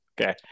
okay